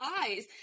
eyes